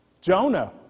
Jonah